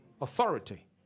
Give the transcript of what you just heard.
authority